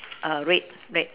err red red